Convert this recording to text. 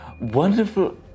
wonderful